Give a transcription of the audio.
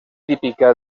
típica